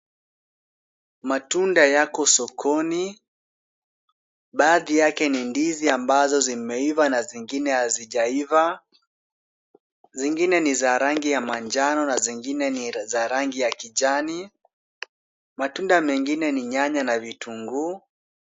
Matunda yako sokoni. Baadhi yake ni ndizi ambazo zimeiva na zingine hazijaiva. Zingine ni za rangi ya manjano na zingine ni za rangi ya kijani. Matunda mengine ni nyanya na vitunguu.